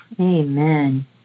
Amen